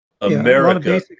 America